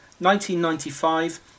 1995